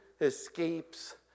escapes